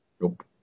Nope